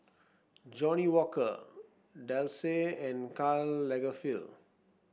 Johnnie Walker Delsey and Karl Lagerfeld